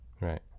right